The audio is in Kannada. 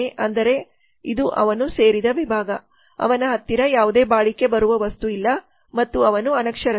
ಅಂದರೆ ಇದು ಅವನು ಸೇರಿದ ವಿಭಾಗ ಅವನ ಹತ್ತಿರ ಯಾವುದೇ ಬಾಳಿಕೆ ಬರುವ ವಸ್ತು ಇಲ್ಲ ಮತ್ತು ಅವನು ಅನಕ್ಷರಸ್ಥ